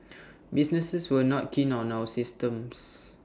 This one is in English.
businesses were not keen on our systems